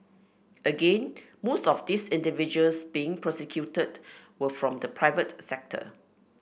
again most of these individuals being prosecuted were from the private sector